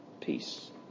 peace